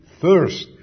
first